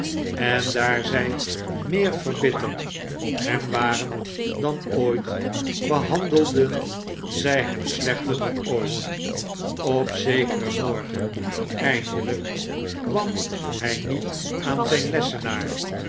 en daar zy meer verbitterd op hem waren dan ooit behandelden zy hem slechter dan ooit op zekeren morgen eindelyk kwam hy niet aan zijn lessenaar